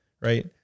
right